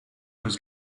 was